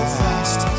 fast